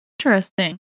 Interesting